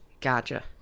Gotcha